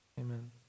Amen